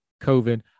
COVID